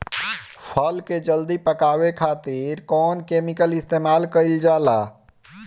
फल के जल्दी पकावे खातिर कौन केमिकल इस्तेमाल कईल जाला?